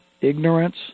ignorance